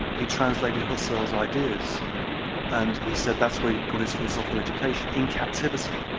he translated husserl's ideas and he said that's where he got his philosophical education, in captivity.